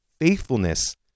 faithfulness